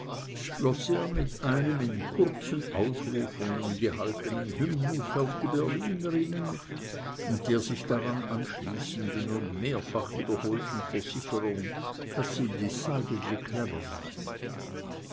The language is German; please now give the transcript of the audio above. er mit einem in kurzen ausrufungen gehaltenen hymnus auf die berlinerinnen und der sich daran anschließenden und mehrfach wiederholten versicherung daß sie decidedly clever seien